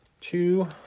two